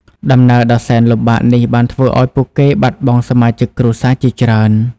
ដំណើរដ៏សែនលំបាកនេះបានធ្វើឲ្យពួកគេបាត់បង់សមាជិកគ្រួសារជាច្រើន។